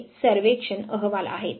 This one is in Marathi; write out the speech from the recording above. हे सर्वेक्षण अहवाल आहेत